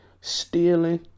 Stealing